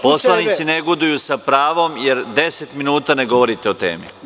Poslanici negoduju sa pravom, jer 10 minuta ne govorite o temi.